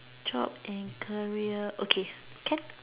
job and career okay can